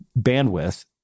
bandwidth